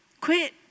quit